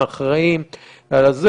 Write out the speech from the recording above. האחראים על זה.